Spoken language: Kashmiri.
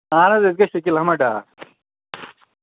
اَہَن حظ أسۍ گٔے شٔکیٖل احمد ڈار